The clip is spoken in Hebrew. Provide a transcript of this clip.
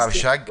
אבישג.